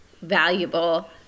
valuable